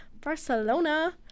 Barcelona